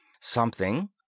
Something